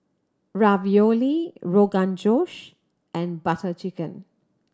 Ravioli Rogan Josh and Butter Chicken